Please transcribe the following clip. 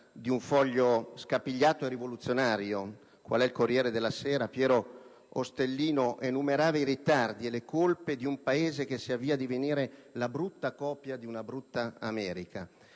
di quel foglio scapigliato e rivoluzionario qual è il «Corriere della Sera», Piero Ostellino enumerava i ritardi e le colpe di un Paese che si avvia a divenire la brutta copia di una brutta America.